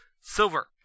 Silver